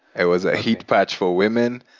it was a heat patch for women.